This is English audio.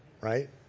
Right